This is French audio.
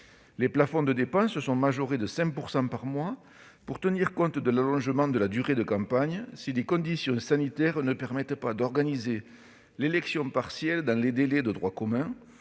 les plafonds de dépenses sont majorés de 5 % par mois pour tenir compte de l'allongement de la durée de campagne, si les conditions sanitaires ne permettent pas d'organiser l'élection partielle dans les délais de droit commun,